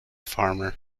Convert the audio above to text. farmer